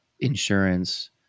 insurance